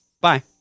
Bye